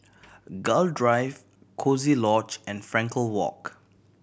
Gul Drive Coziee Lodge and Frankel Walk